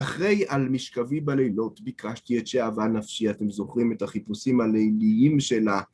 אחרי על משכבי בלילות, ביקשתי את שאהבה הנפשי, אתם זוכרים את החיפושים הליליים של ה..